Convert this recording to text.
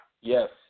Yes